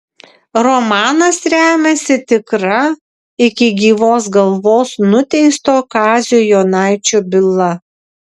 romanas remiasi tikra iki gyvos galvos nuteisto kazio jonaičio byla